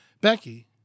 Becky